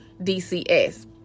DCS